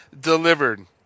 delivered